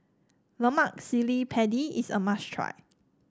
Lemak Cili Padi is a must try